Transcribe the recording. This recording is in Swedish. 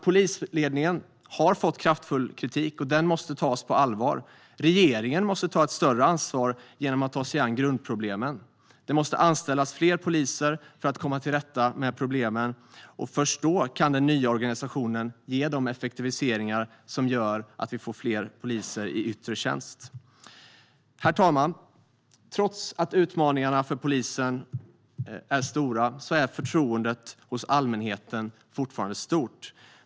Polisledningen har fått kraftfull kritik, herr talman, och den måste tas på allvar. Regeringen måste ta ett större ansvar genom att ta sig an grundproblemen. Det måste anställas fler poliser för att man ska komma till rätta med problemen. Först då kan den nya organisationen ge de effektiviseringar som gör att vi får fler poliser i yttre tjänst. Herr talman! Trots att utmaningarna för polisen är stora är förtroendet hos allmänheten fortfarande stort.